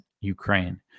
Ukraine